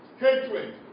Hatred